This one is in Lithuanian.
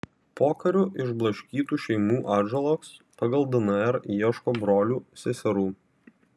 pokariu išblaškytų šeimų atžalos pagal dnr ieško brolių seserų